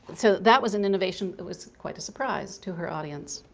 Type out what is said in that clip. so that was an innovation, it was quite a surprise to her audience.